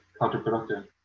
counterproductive